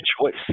choice